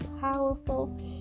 powerful